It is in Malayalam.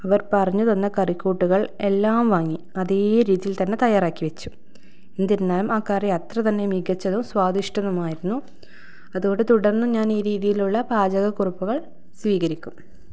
അവർ പറഞ്ഞു തന്ന കറിക്കൂട്ടുകൾ എല്ലാം വാങ്ങി അതേ രീതിയിൽ തന്നെ തയ്യാറാക്കി വെച്ചു എന്തിരുന്നാലും ആ കറി അത്രതന്നെ മികച്ചതും സ്വാദിഷ്ടവുമായിരുന്നു അതോടെ തുടർന്നും ഞാൻ ഈ രീതിയിലുള്ള പാചക കുറിപ്പുകൾ സ്വീകരിക്കും